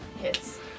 Hits